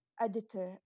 editor